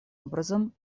образом